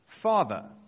Father